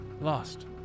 Lost